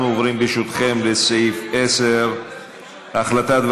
יש עוד שני סעיפים, אני מבקש.